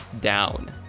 down